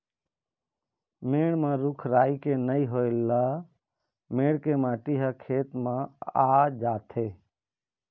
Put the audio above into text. मेड़ म रूख राई के नइ होए ल मेड़ के माटी ह खेत म आ जाथे